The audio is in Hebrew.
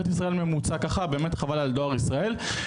ישראל בממוצע ככה באמת חבל על דואר ישראל,